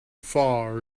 far